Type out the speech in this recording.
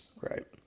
right